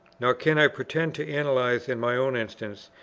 nor can i pretend to analyze, in my own instance,